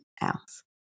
else